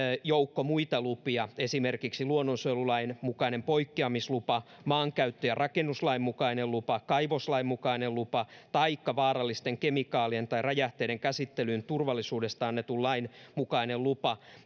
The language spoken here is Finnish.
joukko muita lupia esimerkiksi luonnonsuojelulain mukainen poikkeamislupa maankäyttö ja rakennuslain mukainen lupa kaivoslain mukainen lupa taikka vaarallisten kemikaalien tai räjähteiden käsittelyn turvallisuudesta annetun lain mukainen lupa